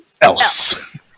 else